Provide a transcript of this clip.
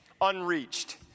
unreached